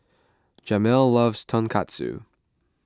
Jamel loves Tonkatsu